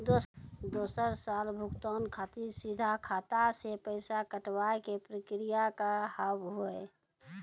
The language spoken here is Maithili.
दोसर साल भुगतान खातिर सीधा खाता से पैसा कटवाए के प्रक्रिया का हाव हई?